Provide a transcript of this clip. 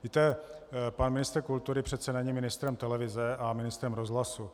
Víte, pan ministr kultury přece není ministrem televize a ministrem rozhlasu.